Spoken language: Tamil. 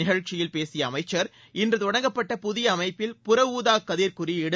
நிகழ்ச்சியில் பேசிய அமைச்சர் இன்று தொடங்கப்பட்ட புதிய அமைப்பில் புறஊதா கதிர் குறியீடு